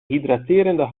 hydraterende